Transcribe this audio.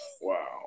wow